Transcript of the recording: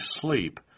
sleep